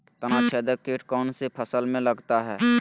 तनाछेदक किट कौन सी फसल में लगता है?